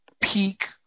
peak